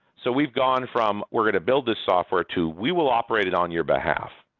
so we're gone from we're going to build this software to we will operate it on your behalf.